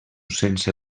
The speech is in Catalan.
sense